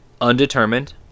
undetermined